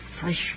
fresh